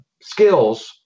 skills